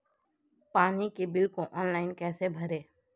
पानी के बिल को ऑनलाइन कैसे भरें?